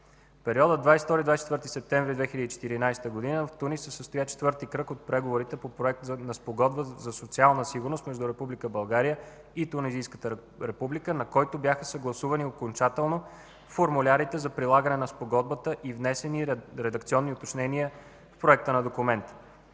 периода 22-24 септември 2014 г. в Тунис се състоя четвърти кръг от преговорите по проект на Спогодба за социална сигурност между Република България и Тунизийската република, на който бяха съгласувани окончателно формулярите за прилагане на Спогодбата и внесени редакционни уточнения в проекта на документа.